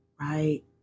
right